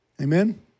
Amen